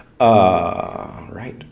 Right